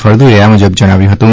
ફળદુએ આ મુજબ જણાવ્યું હતું